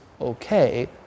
okay